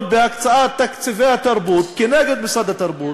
בהקצאת תקציבי התרבות כנגד משרד התרבות.